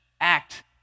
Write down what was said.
act